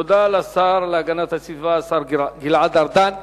תודה לשר להגנת הסביבה, השר גלעד ארדן.